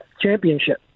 championship